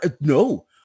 no